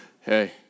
hey